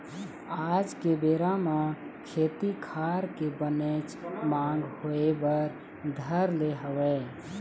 आज के बेरा म खेती खार के बनेच मांग होय बर धर ले हवय